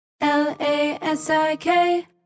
L-A-S-I-K